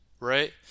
Right